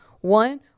One